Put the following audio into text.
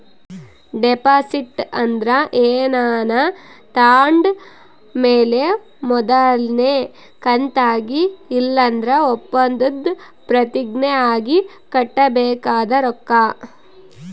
deposit ಅಂದ್ರ ಏನಾನ ತಾಂಡ್ ಮೇಲೆ ಮೊದಲ್ನೇ ಕಂತಾಗಿ ಇಲ್ಲಂದ್ರ ಒಪ್ಪಂದುದ್ ಪ್ರತಿಜ್ಞೆ ಆಗಿ ಕಟ್ಟಬೇಕಾದ ರೊಕ್ಕ